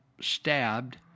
stabbed